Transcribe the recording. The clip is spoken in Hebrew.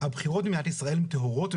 הבחירות במדינת ישראל הן טהורות.